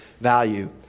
value